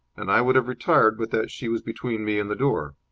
and i would have retired, but that she was between me and the door.